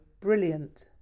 brilliant